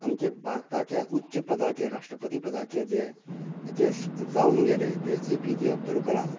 आमच्या भारताच्या उच्च पदाचेर राष्ट्रपती पदाचेर जे जे जावन गेले ते A P J Abdul Kalam